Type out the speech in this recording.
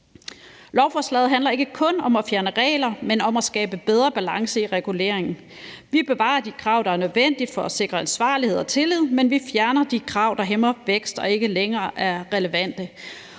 Lovforslaget handler ikke kun om at fjerne regler, men også om at skabe en bedre balance i reguleringen. Vi bevarer de krav, der er nødvendige for at sikre ansvarlighed og tillid, men vi fjerner de krav, der hæmmer vækst og ikke længere er relevante.